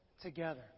together